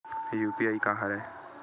UPI का हरय?